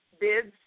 bids